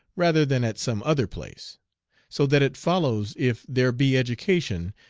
rather than at some other place so that it follows if there be education,